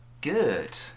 good